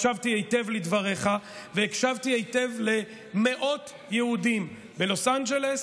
הקשבתי היטב לדבריך והקשבתי היטב למאות יהודים בלוס אנג'לס,